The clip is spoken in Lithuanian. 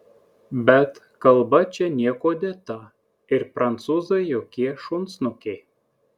bet kalba čia niekuo dėta ir prancūzai jokie šunsnukiai